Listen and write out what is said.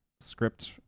script